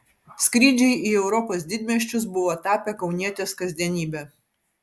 skrydžiai į europos didmiesčius buvo tapę kaunietės kasdienybe